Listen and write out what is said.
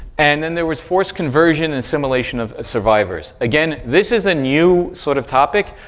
and then there was forced conversion and assimilation of survivors. again, this is a new sort of topic.